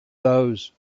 those